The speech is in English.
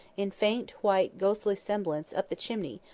in faint, white, ghostly semblance, up the chimney,